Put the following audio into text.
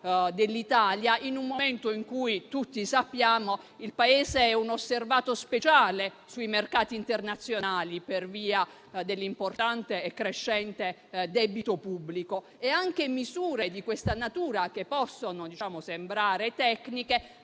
dell'Italia, in un momento in cui tutti sappiamo che il Paese è un osservato speciale sui mercati internazionali per via dell'importante e crescente debito pubblico. Anche misure di questa natura, che possono sembrare tecniche,